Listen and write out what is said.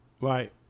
Right